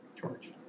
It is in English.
George